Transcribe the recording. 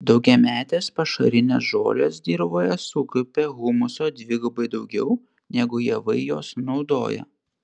daugiametės pašarinės žolės dirvoje sukaupia humuso dvigubai daugiau negu javai jo sunaudoja